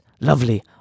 lovely